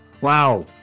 Wow